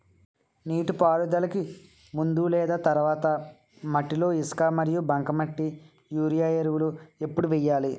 నీటిపారుదలకి ముందు లేదా తర్వాత మట్టిలో ఇసుక మరియు బంకమట్టి యూరియా ఎరువులు ఎప్పుడు వేయాలి?